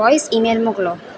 voice email મોકલો